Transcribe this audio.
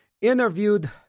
Interviewed